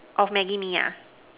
of Maggi Mee ah